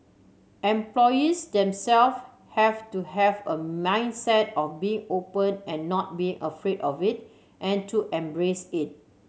employees themselves have to have a mindset of being open and not being afraid of it and to embrace it